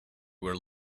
were